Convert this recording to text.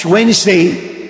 Wednesday